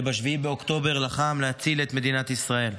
שב-7 באוקטובר לחם להציל את מדינת ישראל.